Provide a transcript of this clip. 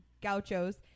gauchos